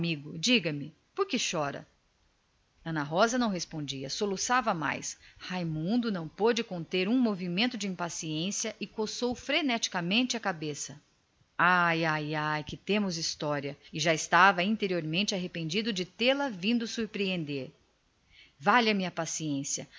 amigo diga-me por que chora ana rosa não respondia soluçava sempre raimundo não pôde conter um movimento de impaciência e coçou a cabeça ai que vai mal a história estava já sinceramente arrependido de ter vindo surpreendê la que lhe valesse a paciência